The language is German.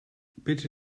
bitte